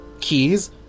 keys